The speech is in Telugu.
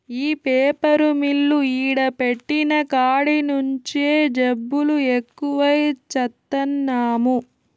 ఈ పేపరు మిల్లు ఈడ పెట్టిన కాడి నుంచే జబ్బులు ఎక్కువై చత్తన్నాము